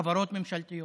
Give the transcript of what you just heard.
חברות ממשלתיות,